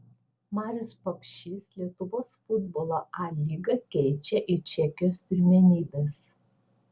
marius papšys lietuvos futbolo a lygą keičia į čekijos pirmenybes